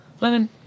Lemon